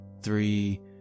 three